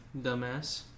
dumbass